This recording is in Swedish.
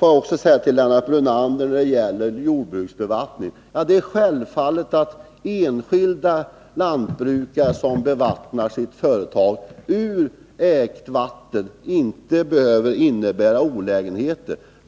vill jag säga till Lennart Brunander att det inte behöver innebära några olägenheter, om enskilda lantbrukare bevattnar sina åkrar och ängar ur ägt vatten.